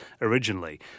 originally